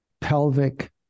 pelvic